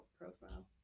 profile